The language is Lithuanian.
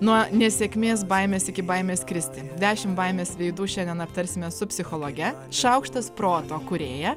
nuo nesėkmės baimės iki baimės skristi dešimt baimės veidų šiandien aptarsime su psichologe šaukštas proto kūrėja